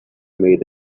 made